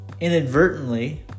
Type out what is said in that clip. inadvertently